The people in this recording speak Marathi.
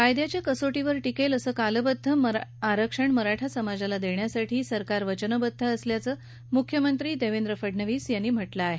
कायद्याच्या कसोटीवर टिकेल असं कालबद्ध आरक्षण मराठा समाजाला देण्यासाठी सरकार वचनबद्ध असल्याचं मुख्यमात्री देवेंद्र फडणवीस यांनी म्हटलं आहे